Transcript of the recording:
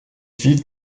vivent